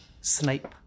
Snape